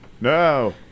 No